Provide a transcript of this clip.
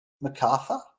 MacArthur